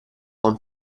con